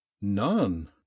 none